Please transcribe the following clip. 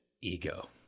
ego